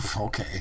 okay